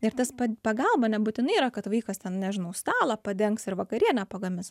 ir tas pad pagalba nebūtinai yra kad vaikas ten nežinau stalą padengs ir vakarienę pagamis